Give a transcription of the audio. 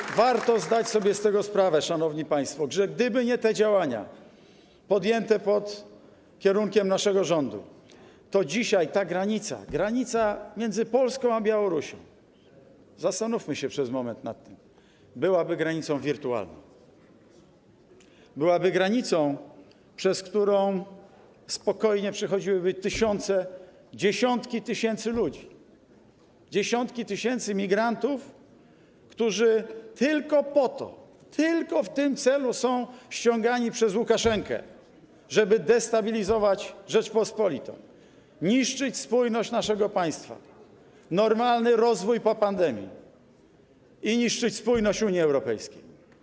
I warto zdać sobie z tego sprawę, szanowni państwo, że gdyby nie te działania podjęte pod kierunkiem naszego rządu, dzisiaj ta granica, granica między Polską a Białorusią - zastanówmy się nad tym przez moment - byłaby granicą wirtualną, byłaby granicą, przez którą spokojnie przechodziłyby tysiące, dziesiątki tysięcy ludzi, dziesiątki tysięcy migrantów, którzy tylko po to, tylko w tym celu są ściągani przez Łukaszenkę, żeby destabilizować Rzeczpospolitą, niszczyć spójność naszego państwa, normalny rozwój po pandemii i niszczyć spójność Unii Europejskiej.